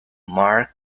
mark